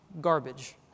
garbage